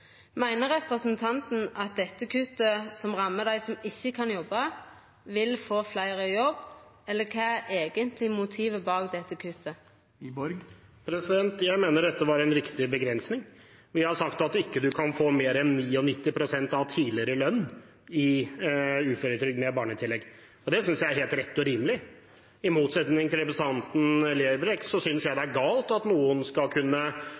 Meiner representanten Wiborg at dette kuttet, som rammer dei som ikkje kan jobba, vil få fleire i jobb, eller kva er eigentleg motivet bak dette kuttet? Jeg mener dette var en riktig begrensning. Vi har sagt at man ikke kan få mer enn 99 pst. av tidligere lønn i uføretrygd med barnetillegg. Det synes jeg er helt rett og rimelig. I motsetning til representanten Lerbrekk synes jeg det er galt at noen skal kunne